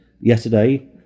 yesterday